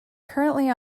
currently